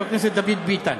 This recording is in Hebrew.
חבר הכנסת דוד ביטן.